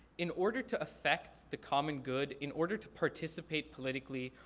in order to affect the common good, in order to participate politically,